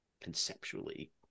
conceptually